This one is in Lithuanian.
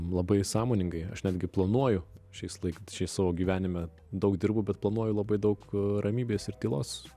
labai sąmoningai aš netgi planuoju šiais laik šiaip savo gyvenime daug dirbu bet planuoju labai daug ramybės ir tylos